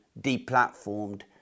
deplatformed